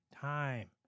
time